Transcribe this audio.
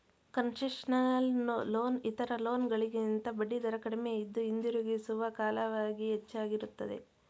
concessional loan ಇತರ loan ಗಳಿಗಿಂತ ಬಡ್ಡಿದರ ಕಡಿಮೆಯಿದ್ದು, ಹಿಂದಿರುಗಿಸುವ ಕಾಲವಾಗಿ ಹೆಚ್ಚಾಗಿರುತ್ತದೆ